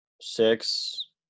Six